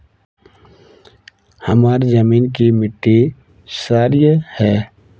हमार जमीन की मिट्टी क्षारीय है?